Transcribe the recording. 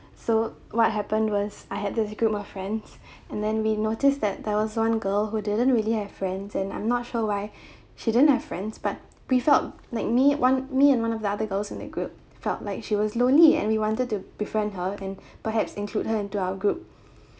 so what happened was I had this group of friends and then we noticed that there was one girl who didn't really have friends and I'm not sure why she didn't have friends but we felt like me one me and one of the other girls in the group felt like she was lonely and we wanted to befriend her and perhaps include her into our group